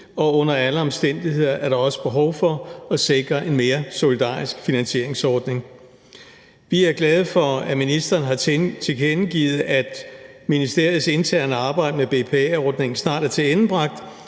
og under alle omstændigheder er der også behov for at sikre en mere solidarisk finansieringsordning. Vi er glade for, at ministeren har tilkendegivet, at ministeriets interne arbejde med BPA-ordningen snart er tilendebragt,